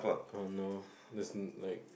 oh no just in like